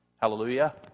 Hallelujah